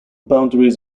boundaries